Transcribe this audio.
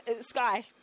sky